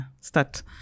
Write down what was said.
Start